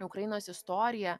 į ukrainos istoriją